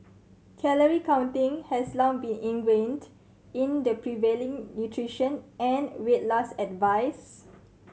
calorie counting has long been ingrained in the prevailing nutrition and weight loss advice